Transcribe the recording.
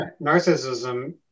Narcissism